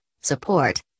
support